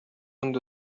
منذ